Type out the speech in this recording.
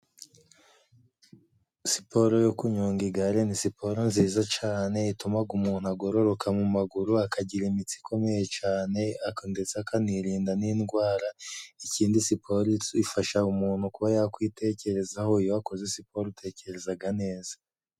Siporo yo kunyonga igare ni siporo nziza cane, itumaga umuntu agororoka mu maguru akagira imitsi ikomeye cane ndetse akanirinda n'indwara ikindi siporo ifasha umuntu kuba yakwitekerezaho, iyo akoze siporo utekerezaga neza.